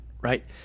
right